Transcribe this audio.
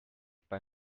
bei